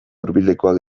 hurbilekoak